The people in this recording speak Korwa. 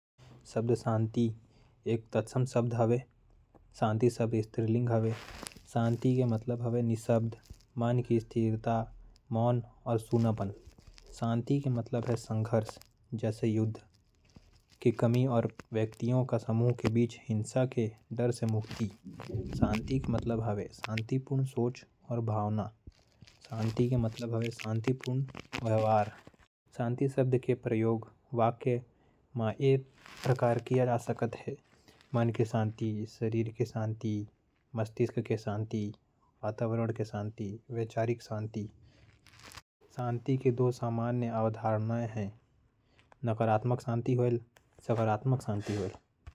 शांति शब्द का अर्थ है। शत्रुता और हिंसा के अभाव में सामाजिक मित्रता। और सद्भाव। शांति शब्द स्त्रीलिंग है। शांति शब्द के कुछ अर्थमन की स्थिरता। मौन, सूनापन, शांतिपूर्ण सोच और भावनाएं। शांत परिदृश्य शांत बुढ़ापा।